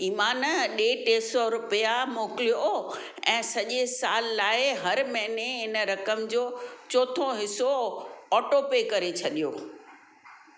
ईमान ॾे टे सौ रुपिया मोकिलियो ऐं सॼे साल लाइ हर महिने इन रक़म जो चोथों हिसो ऑटोपे करे छॾियो